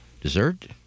dessert